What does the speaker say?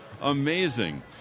Amazing